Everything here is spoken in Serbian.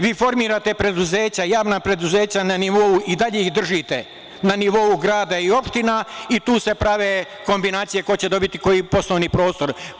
Vi formirate preduzeća, javna preduzeća, i dalje ih držite, na nivou grada i opština i tu se prave kombinacije ko će dobiti koji poslovni prostor.